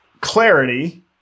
clarity